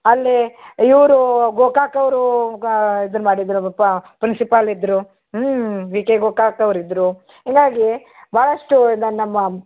ಅಲ್ಲಿ ಇವ್ರು ಗೋಕಾಕ್ ಅವ್ರು ಗಾ ಇದನ್ನು ಮಾಡಿದ್ರಲ್ಲಪ್ಪ ಪ್ರಿನ್ಸಿಪಾಲ್ ಇದ್ದರು ಹ್ಞೂ ವಿ ಕೆ ಗೋಕಾಕ್ ಅವ್ರು ಇದ್ರು ಹೀಗಾಗಿ ಭಾಳಷ್ಟು ಇದು ನಮ್ಮ